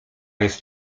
jest